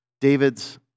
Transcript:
David's